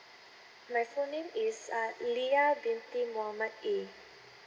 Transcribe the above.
my full name is uh leah binte mohammad A